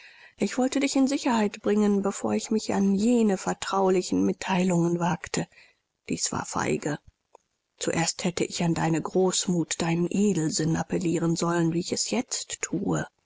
ich wollte dich in sicherheit bringen bevor ich mich an jene vertraulichen mitteilungen wagte dies war feige zuerst hätte ich an deine großmut deinen edelsinn appellieren sollen wie ich es jetzt thue